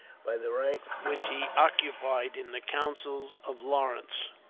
by the rank which he occupied in the councils of lawrence.